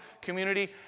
community